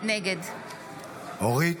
אורית,